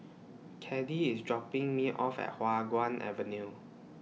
Caddie IS dropping Me off At Hua Guan Avenue